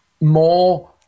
more